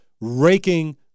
raking